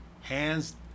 hands